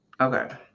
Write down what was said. Okay